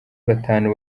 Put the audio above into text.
batanu